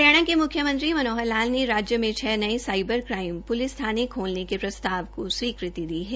हरियाणा के मुख्यमंत्री मनोहर लाल ने राज्य में छः नये साईबर क्राईम प्लिस थाने खोलने के प्रस्ताव को स्वीकृति दे दी है